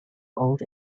old